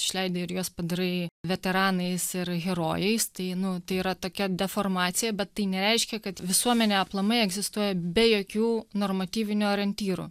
išleidi ir juos padarai veteranais ir herojais tai nu tai yra tokia deformacija bet tai nereiškia kad visuomenė aplamai egzistuoja be jokių normatyvinių orientyrų